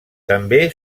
també